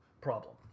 problem